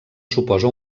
suposa